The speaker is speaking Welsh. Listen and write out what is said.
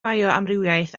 bioamrywiaeth